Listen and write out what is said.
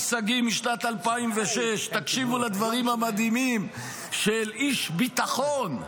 שגיא משנת 2006. תקשיבו לדברים המדהימים של איש ביטחון: